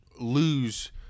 lose